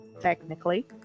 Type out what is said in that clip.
Technically